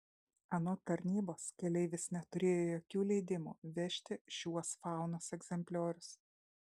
anot tarnybos keleivis neturėjo jokių leidimų vežti šiuos faunos egzempliorius